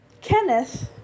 Kenneth